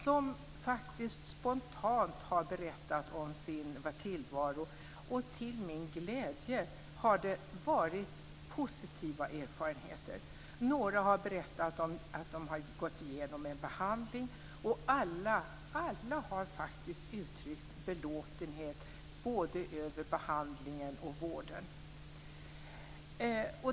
De har spontant berättat om sin tillvaro, och till min glädje har det varit positiva erfarenheter. Några har berättat att de har gått igenom en behandling. Alla har faktiskt uttryckt belåtenhet över behandlingen och vården.